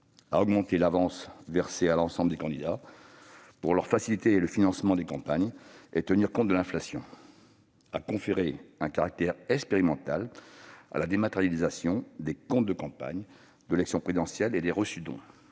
; augmenter l'avance versée à l'ensemble des candidats pour faciliter le financement des campagnes et tenir compte de l'inflation ; conférer un caractère expérimental à la dématérialisation des comptes de campagne de l'élection présidentielle et des reçus-dons